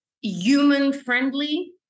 human-friendly